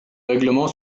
règlement